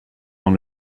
dans